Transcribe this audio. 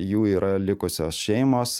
jų yra likusios šeimos